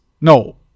No